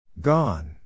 Gone